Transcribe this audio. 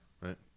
Right